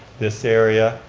this area,